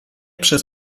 przez